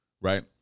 right